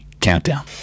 Countdown